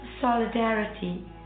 solidarity